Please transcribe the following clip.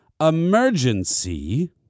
emergency